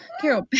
Carol